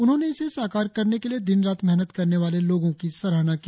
उन्होंने इसे साकार करने के लिए दिन रात मेहनत करने वाले लोगों की सराहना की